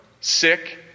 sick